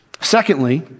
Secondly